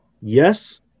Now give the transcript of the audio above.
Yes